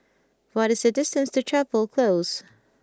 what is the distance to Chapel Close